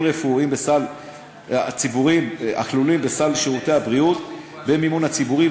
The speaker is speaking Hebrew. רפואיים הכלולים בסל שירותי הבריאות וממומנים במימון ציבורי,